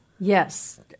Yes